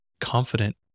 confident